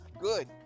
Good